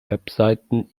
webseiten